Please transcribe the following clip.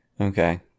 Okay